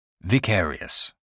Vicarious